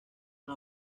una